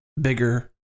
bigger